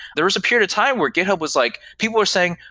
there's a period time where github was like people were saying,